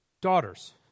Daughters